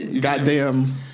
Goddamn